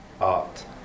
Art